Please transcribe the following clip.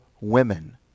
women